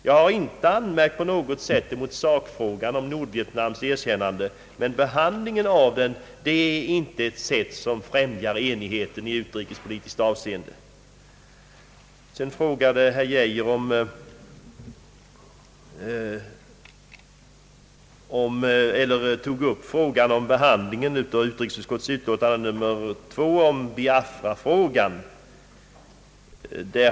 Jag har inte på något sätt riktat någon anmärkning i sak när det gäller Nordvietnams erkännande, men behandlingen av denna fråga främjar enligt mitt förmenande. inte enigheten i utrikespolitiskt avseende. Herr Geijer tog också upp frågan om behandlingen av utrikesutskottets utlåtande nr 1, som gäller Biafra.